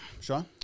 Sean